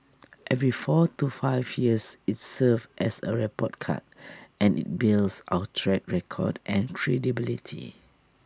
every four to five years IT serves as A report card and IT builds our track record and credibility